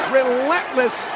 Relentless